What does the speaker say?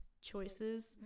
choices